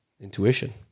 intuition